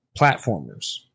platformers